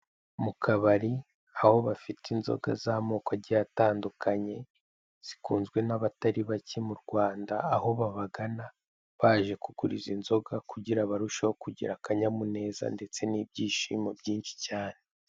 Mu kabari, aho bafite inzoga z'amoko agiye atandukanye zikunzwe n'abatari bake hano mu Rwanda, aho babagana baje kugura izi nzoga kugira ngo barusheho kugira akanyamuneza ndetse n'ibyishimo byinshi cyane.